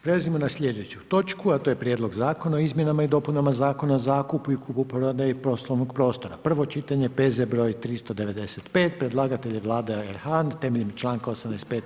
Prelazimo na slijedeću točku, a to je: - Prijedlog zakona o izmjenama i dopunama Zakona o zakupu i kupoprodaji poslovnog prostora, prvo čitanje, P.Z. br. 395 Predlagatelj akta je Vlada RH temeljem članka 85.